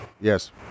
Yes